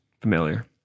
familiar